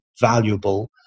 valuable